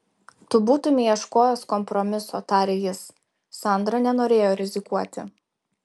tu būtumei ieškojęs kompromiso tarė jis sandra nenorėjo rizikuoti